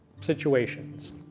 situations